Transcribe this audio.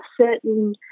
certain